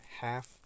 half